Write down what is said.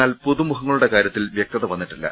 എന്നാൽ പുതുമുഖങ്ങളുടെ കാരൃത്തിൽ വൃക്തത വന്നിട്ടില്ല